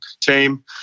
team